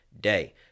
day